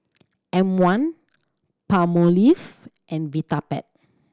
M One Palmolive and Vitapet